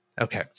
Okay